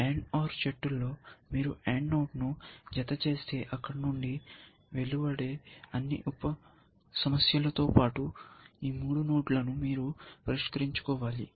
AND OR చెట్టులో మీరు AND నోడ్ను జతచేస్తే అక్కడ నుండి వెలువడే అన్ని ఉప సమస్యలతో పాటు ఈ మూడు నోడ్లను మీరు పరిష్కరించుకోవాలి